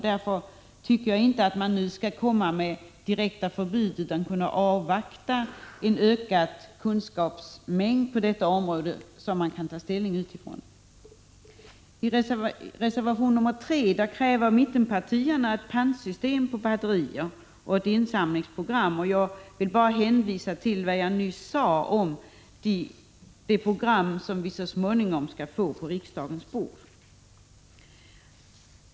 Därför tycker jag att man inte skall införa direkt förbud utan skall avvakta ökade kunskaper på detta område som kan ligga till grund för ställningstagande. I reservation 3 kräver mittenpartierna ett pantsystem för batterier och ett insamlingsprogram. Jag vill bara hänvisa till vad jag nyss sade om det program som vi så småningom får ta ställning till i riksdagen.